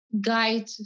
guide